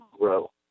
grow